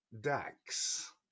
dax